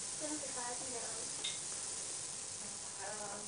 ועד לאנשים שדיברתי איתם שפשוט ניסו ממש לשים קץ לחייהם.